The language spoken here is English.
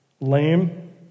lame